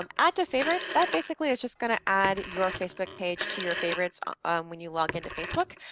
um add to favorites, that basically is just gonna add your facebook page to your favorites when you log into facebook.